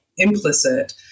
implicit